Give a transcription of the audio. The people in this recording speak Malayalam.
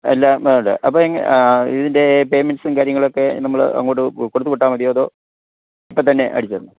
എല്ലാം വേണ്ടേ അപ്പം എങ്ങനെ ഇതിൻ്റെ പേമെൻസും കാര്യങ്ങളൊക്കെ നമ്മൾ അങ്ങോട്ട് കൊടുത്ത് വിട്ടാൽ മതിയോ അതോ ഇപ്പം തന്നെ അടിച്ചു വിടണോ